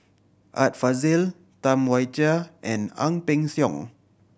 Art Fazil Tam Wai Jia and Ang Peng Siong